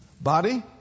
Body